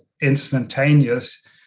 instantaneous